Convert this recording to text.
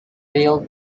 real